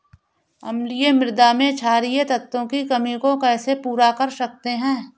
अम्लीय मृदा में क्षारीए तत्वों की कमी को कैसे पूरा कर सकते हैं?